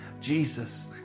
Jesus